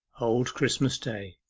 old christmas day